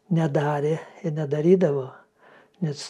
nedarė ir nedarydavo nes